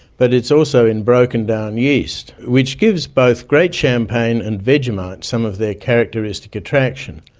but it's also in broken-down yeast, which gives both great champagne and vegemite some of their characteristic attraction.